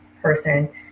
person